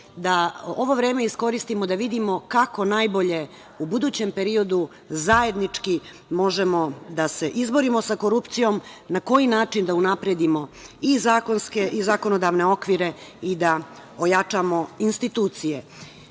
da ovo vreme iskoristimo da vidimo kako najbolje u budućem periodu zajednički možemo da se izborimo sa korupcijom, na koji način da unapredimo i zakonske i zakonodavne okvire i da ojačamo institucije,